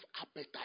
appetite